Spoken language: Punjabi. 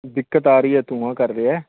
ਦਿੱਕਤ ਆ ਰਹੀ ਹੈ ਧੂੰਆਂ ਕਰ ਰਿਹਾ